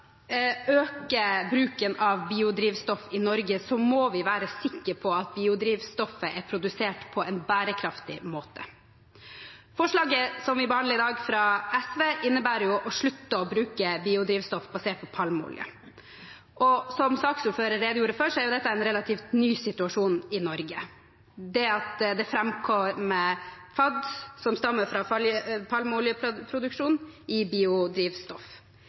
øke bruken av biodrivstoff i Norge, må vi være sikre på at biodrivstoffet er produsert på en bærekraftig måte. Forslaget som vi behandler i dag, fra SV, innebærer å slutte å bruke biodrivstoff basert på palmeolje. Som saksordføreren redegjorde for, er det en relativt ny situasjon i Norge at det har framkommet at PFAD, som stammer fra palmeoljeproduksjon, blandes inn i biodrivstoff.